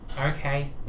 Okay